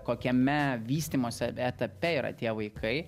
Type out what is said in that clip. kokiame vystymosi etape yra tie vaikai